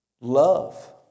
Love